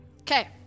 Okay